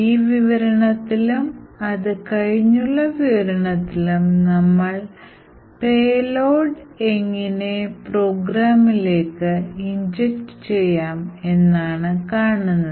ഈ വിവരണത്തിലും അത് കഴിഞ്ഞുള്ള വിവരണത്തിലും നമ്മൾ പേലോഡ് എങ്ങിനെ പ്രോഗ്രാമിലേക്ക് ഇഞ്ചക്ട്യ് ചെയ്യാം എന്നാണ് കാണുന്നത്